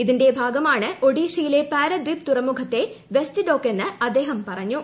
ഇതിന്റെ ഭാഗമാണ് ഒഡീഷയിലെ പാരദ്വീപ് തുറമുഖത്തെ വെസ്റ്റ് ഡോക്ക് എന്ന് അദ്ദേഹം പറഞ്ഞു